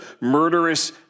murderous